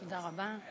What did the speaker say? תודה רבה.